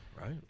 Right